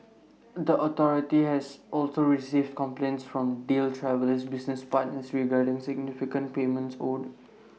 the authority has also received complaints from deal Travel's business partners regarding significant payments owed